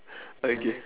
okay